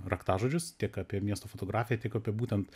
raktažodžius tik apie miesto fotografiją tik apie būtent